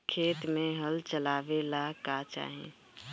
खेत मे हल चलावेला का चाही?